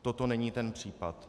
Toto není ten případ.